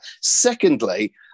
secondly